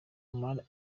omar